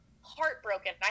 heartbroken